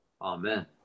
Amen